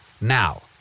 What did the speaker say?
Now